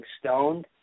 stoned